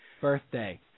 birthday